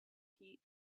heat